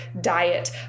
diet